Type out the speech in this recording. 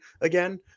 again